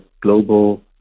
global